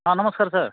हां नमस्कार सर